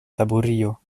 taburio